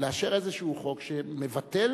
לאשר איזשהו חוק שמבטל,